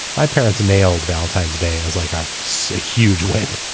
my parents nailed valentine's day is like i'm so a huge weight